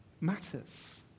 matters